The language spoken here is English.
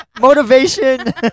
Motivation